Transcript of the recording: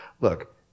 look